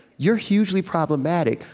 you're hugely problematic.